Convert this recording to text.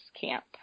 camp